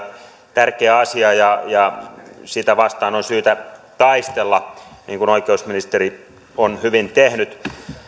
tärkeä asia ja ja sitä vastaan on syytä taistella niin kuin oikeusministeri on hyvin tehnyt